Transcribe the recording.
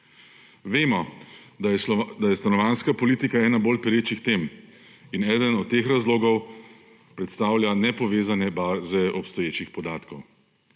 Vemo, da je stanovanjska politika ena bolj perečih tem, in eden od teh razlogov predstavlja nepovezane baze obstoječih podatkov.